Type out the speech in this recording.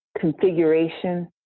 configuration